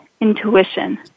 intuition